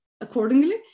accordingly